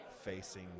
facing